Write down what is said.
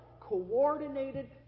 coordinated